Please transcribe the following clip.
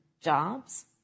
jobs